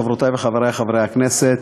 חברותי וחברי חברי הכנסת,